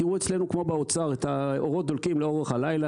תראו אצלנו כמו באוצר את האורות דולקים לאורך הלילה,